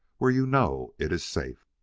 where you know it is safe.